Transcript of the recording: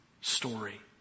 story